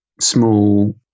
small